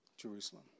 Jerusalem